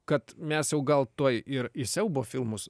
kad mes jau gal tuoj ir į siaubo filmus